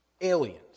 aliens